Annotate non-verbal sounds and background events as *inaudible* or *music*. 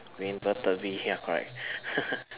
the inverted v ya correct *laughs*